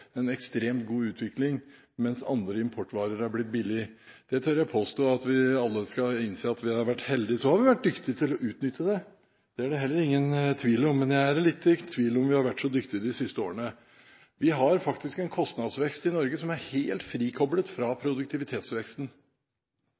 en ekstremt god utvikling, mens andre importvarer er blitt billigere. Der tør jeg påstå at vi alle bør innse at vi har vært heldige. Så har vi vært dyktige til å utnytte det, det er det heller ingen tvil om, men jeg er litt i tvil om vi har vært så dyktige de siste årene. Vi har faktisk en kostnadsvekst i Norge som er helt frikoblet fra